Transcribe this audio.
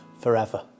forever